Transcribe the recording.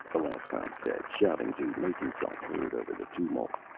alaskon said, shouting to make himself heard over the tumult.